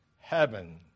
heaven